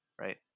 right